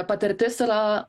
patirtis yra